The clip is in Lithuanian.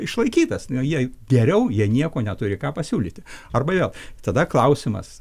išlaikytas na jie geriau jie nieko neturi ką pasiūlyti arba jo tada klausimas